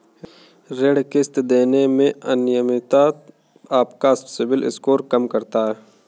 ऋण किश्त देने में अनियमितता आपका सिबिल स्कोर कम करता है